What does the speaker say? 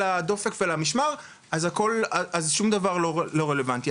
הדופק ועל המשמר אז שום דבר לא רלוונטי,